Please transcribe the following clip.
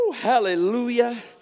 Hallelujah